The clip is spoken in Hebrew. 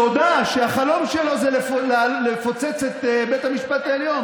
שהודה שהחלום שלו הוא לפוצץ את בית המשפט העליון.